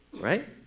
Right